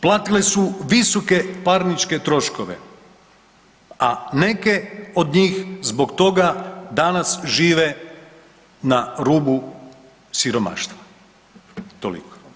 Platile su visoke parnične troškove, a neke od njih zbog toga danas žive na rubu siromaštva, toliko.